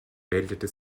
meldete